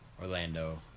Orlando